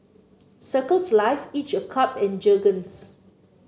Circles Life each a cup and Jergens